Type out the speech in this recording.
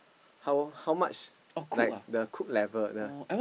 how how much like the cook level the